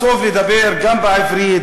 אז טוב לדבר גם בעברית,